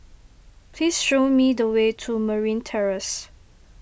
please show me the way to Marine Terrace